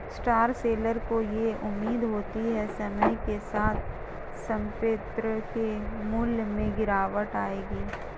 short seller को यह उम्मीद होती है समय के साथ संपत्ति के मूल्य में गिरावट आएगी